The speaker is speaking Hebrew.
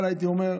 הייתי אומר: